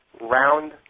Round